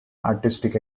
artistic